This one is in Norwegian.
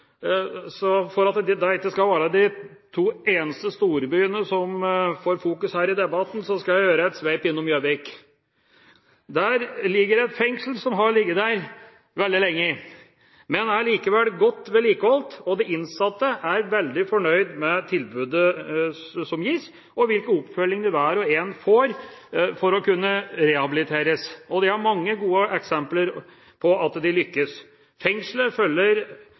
ikke skal være de to eneste storbyene som får fokus her i debatten, skal jeg gjøre et sveip innom Gjøvik. Der ligger et fengsel som har ligget der veldig lenge, men det er likevel godt vedlikeholdt. De innsatte er veldig fornøyde med tilbudet som gis – og oppfølgingen hver og en får for å kunne rehabiliteres. Det er mange gode eksempler på at de lykkes. Fengselet følger